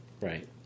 right